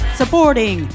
supporting